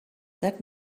that